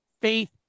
faith